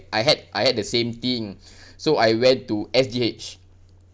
I had I had the same thing so I went to S_G_H